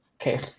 Okay